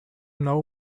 know